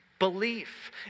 belief